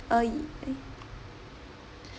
uh yi~ I